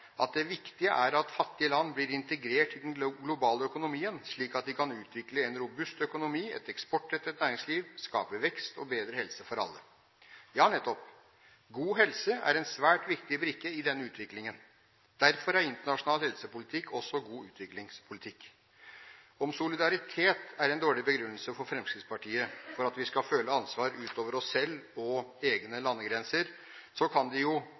at det viktige er at fattige land blir integrert i den globale økonomien slik at de kan utvikle en robust økonomi, et eksportrettet næringsliv og skape vekst og bedre helse for alle. Ja, nettopp. God helse er en svært viktig brikke i denne utviklingen. Derfor er internasjonal helsepolitikk også god utviklingspolitikk. Om solidaritet er en dårlig begrunnelse for Fremskrittspartiet for at vi skal føle ansvar utover oss selv og egne landegrenser, så kan de jo